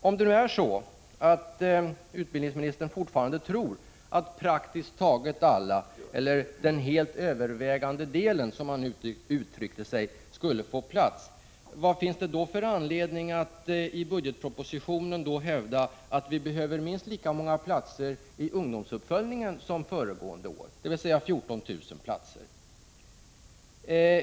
Om utbildningsministern fortfarande tror att praktiskt taget alla, eller den helt övervägande delen, som han uttryckte sig, skulle få plats, vad finns det då för anledning att i budgetpropositionen hävda att vi behöver minst lika många platser i ungdomsuppföljningen som föregående år, dvs. 14 000 platser?